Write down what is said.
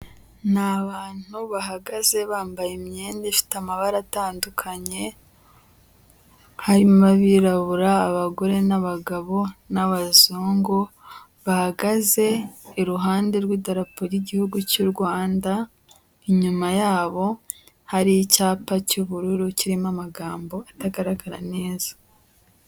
Ni abantu bahagaze bambaye imyenda ifite amabara atandukanye, harimo abirabura, abagore, n'abagabo n'abazungu bahagaze iruhande rw'idalapo ry'igihugu cy'u Rwanda, inyuma yabo hari icyapa cy'ubururu kirimo amagambo atagaragara neza.